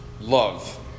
Love